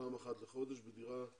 פעם אחת בחודש בדירה לשלומית.